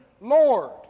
Lord